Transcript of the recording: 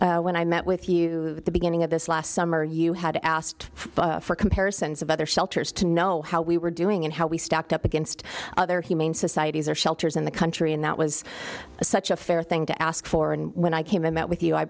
white when i met with you at the beginning of this last summer you had asked for comparisons of other shelters to know how we were doing and how we stacked up against other humane societies or shelters in the country and that was such a fair thing to ask for and when i came in met with you i